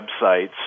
websites